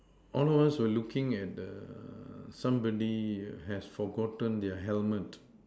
all of us were looking at the somebody has forgotten his helmet